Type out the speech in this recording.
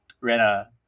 Rena